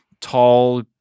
tall